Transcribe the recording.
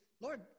Lord